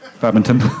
Badminton